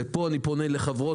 ופה אני פונה לחברות